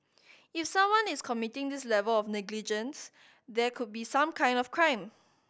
if someone is committing this level of negligence there could be some kind of crime